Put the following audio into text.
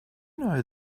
know